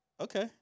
Okay